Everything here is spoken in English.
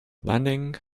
landing